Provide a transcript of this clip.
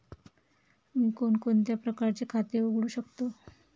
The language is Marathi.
मी कोणकोणत्या प्रकारचे खाते उघडू शकतो?